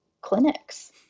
clinics